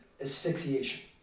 asphyxiation